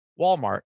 Walmart